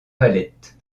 valette